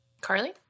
Carly